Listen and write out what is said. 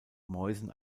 mäusen